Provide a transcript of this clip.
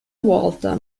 walter